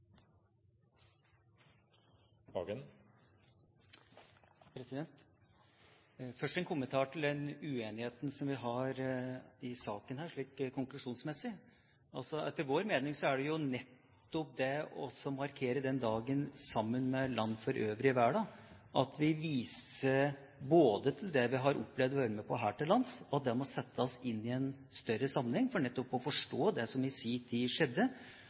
Først en kommentar til den uenigheten som vi har i saken her, konklusjonsmessig: Etter vår mening er det nettopp ved å markere den dagen, sammen med land for øvrig i verden, at vi viser til det vi har opplevd å være med på her til lands, og det må settes inn i en større sammenheng for å forstå nettopp det som i sin tid skjedde